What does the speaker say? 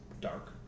dark